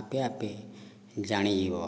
ଆପେ ଆପେ ଜାଣିଯିବ